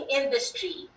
industry